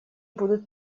будут